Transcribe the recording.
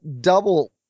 double